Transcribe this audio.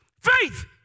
faith